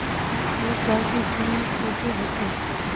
एक गाय के कीमत कते होते?